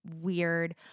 weird